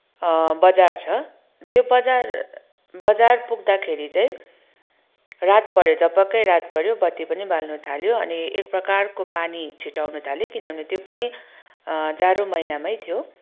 बजार छ त्यो बजार बजार पुग्दाखेरि चाहिँ रात पऱ्यो झपक्कै रात पऱ्यो बत्ति पनि बाल्नुथाल्यो अनि एक प्रकारको पानी छिटाउन थाल्यो किनभने त्यो पनि जाडो महिनामै थियो